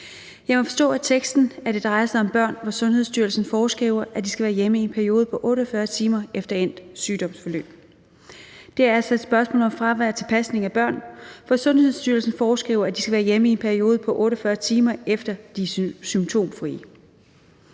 Jeg må forstå af teksten, at det drejer sig om børn, som Sundhedsstyrelsen foreskriver skal være hjemme i en periode på 48 timer efter endt sygdomsforløb. Det er altså et spørgsmål om fravær til pasning af børn, som Sundhedsstyrelsen foreskriver skal være hjemme i en periode på 48 timer, efter de er symptomfrie.